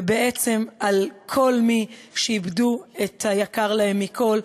ובעצם על כל מי שאיבדו את היקר להם מכול,